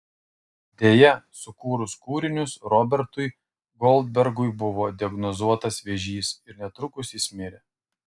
deja sukūrus kūrinius robertui goldbergui buvo diagnozuotas vėžys ir netrukus jis mirė